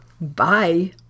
Bye